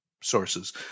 sources